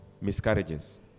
miscarriages